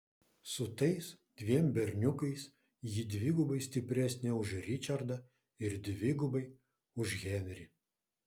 su tais dviem berniukais ji dvigubai stipresnė už ričardą ir dvigubai už henrį